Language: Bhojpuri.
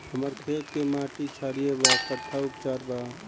हमर खेत के मिट्टी क्षारीय बा कट्ठा उपचार बा?